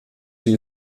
sie